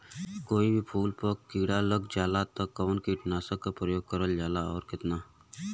कोई भी फूल पर कीड़ा लग जाला त कवन कीटनाशक क प्रयोग करल जा सकेला और कितना?